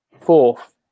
fourth